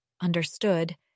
understood